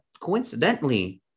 coincidentally